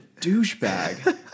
douchebag